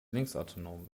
linksautonom